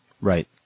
Right